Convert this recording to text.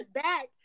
back